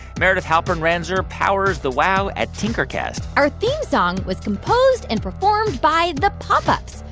meredith halpern-ranzer powers the wow at tinkercast our theme song was composed and performed by the pop ups.